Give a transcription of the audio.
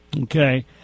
Okay